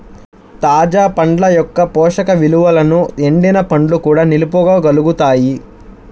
తాజా పండ్ల యొక్క పోషక విలువలను ఎండిన పండ్లు కూడా నిలుపుకోగలుగుతాయి